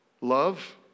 Love